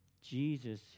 Jesus